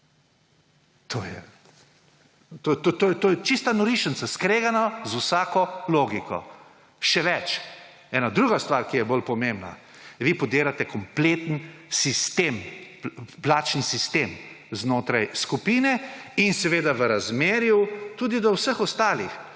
To je čista norišnica, skregano z vsako logiko. Še več, ena druga stvar, ki je bolj pomembna. Vi podirate kompletni sistem, plačni sistem znotraj skupine in seveda v razmerju tudi do vseh ostalih.